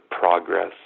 progress